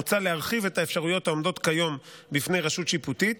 מוצע להרחיב את האפשרויות העומדות כיום בפני רשות שיפוטית